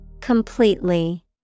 Completely